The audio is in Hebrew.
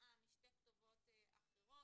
הסעה משתי כתובות אחרות.